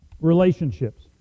relationships